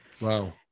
Wow